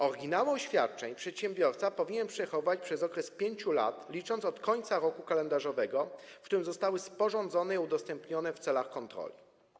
Oryginały oświadczeń przedsiębiorca powinien przechowywać przez okres 5 lat, licząc od końca roku kalendarzowego, w którym zostały sporządzone i udostępnione, w celach kontroli.